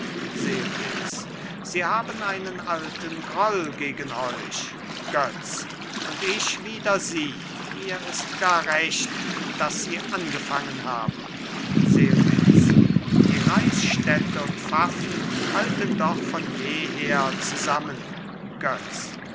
selbitz sie haben einen alten groll gegen euch götz und ich wider sie mir ist gar recht daß sie angefangen haben selbitz die reichsstädte und pfaffen halten doch von jeher zusammen götz